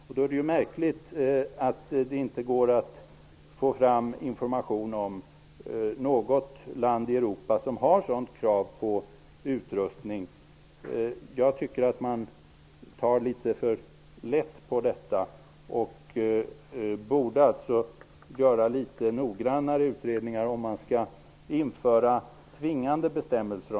Det är då märkligt att det inte går att få fram information om något land i Europa som har sådant krav på utrustning. Jag tycker att ni socialdemokrater tar litet för lätt på detta. Det kräver litet noggrannare utredningar, om man skall införa tvingande bestämmelser.